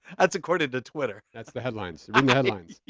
that's according to twitter. that's the headlines. read the headlines. yeah